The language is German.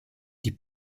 die